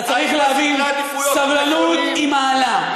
אתה צריך להבין: סבלנות היא מעלה,